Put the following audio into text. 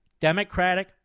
Democratic